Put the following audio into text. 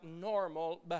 normal